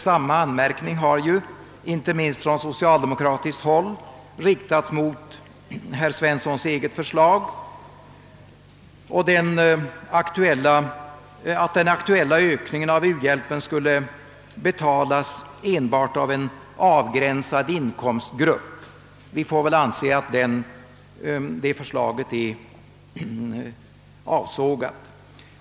Samma anmärkning har ju, inte minst från socialdemokratiskt håll, riktats mot herr Svenssons eget förslag, nämligen att den aktuella ökningen av uhjälpen skulle betalas enbart av en avgränsad inkomstgrupp. Vi får väl anse att detta förslag har fallit.